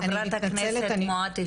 חברת הכנסת מואטי,